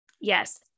Yes